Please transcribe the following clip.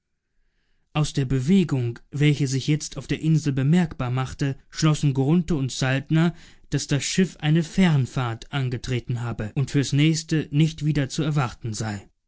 aus der bewegung welche sich jetzt auf der insel bemerkbar machte schlossen grunthe und saltner daß das schiff eine fernfahrt angetreten habe und fürs nächste nicht wieder zu erwarten sei